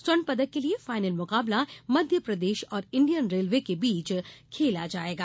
स्वर्ण पदक के लिए फाइनल मुकाबला मध्यप्रदेश और इंडियन रेलवे के बीच खेला जाएगा